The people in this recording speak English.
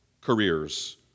careers